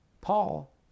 Paul